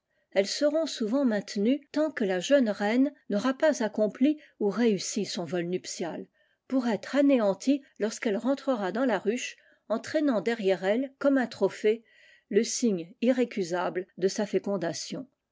elles seront souvent maintenues tant que la jeune reine n'aura pas accompli ou réussi son vol nuptial pour être anéanties lorsqu'elle rentrera dans la ruche en traînant derrière elle comme un trophée le signe irrécusable de sa fécondation